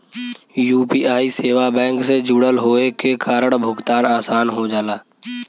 UPI सेवा bank से जुड़ल होये के कारण भुगतान आसान हो जाला